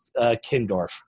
kindorf